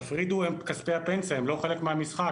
תפרידו את כספי הפנסיה, הם לא חלק מהמשחק.